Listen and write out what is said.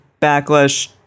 backlash